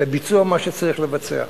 בביצוע מה שצריך לבצע.